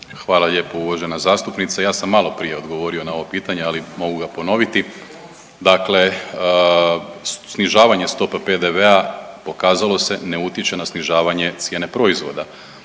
Hvala lijepo uvažena zastupnice. Ja sam malo prije odgovorio na ovo pitanje, ali mogu ga ponoviti. Dakle, snižavanje stope PDV-a pokazalo se ne utječe na snižavanje cijene proizvoda.